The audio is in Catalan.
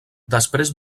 després